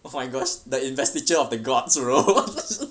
oh my gosh the investiture of the gods rose